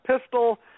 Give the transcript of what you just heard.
pistol